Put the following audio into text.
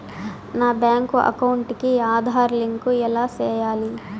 నా bank account కి Aadhaar link ఎలా సేయాలి